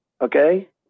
okay